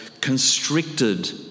constricted